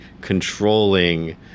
controlling